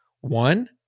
One